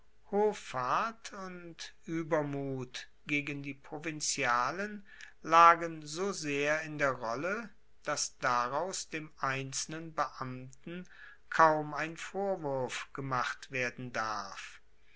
hoffart und uebermut gegen die provinzialen lagen so sehr in der rolle dass daraus dem einzelnen beamten kaum ein vorwurf gemacht werden darf